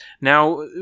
now